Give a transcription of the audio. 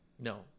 No